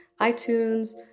iTunes